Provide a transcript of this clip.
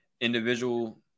individual